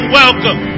welcome